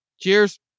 Cheers